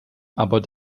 aber